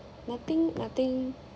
nothing nothing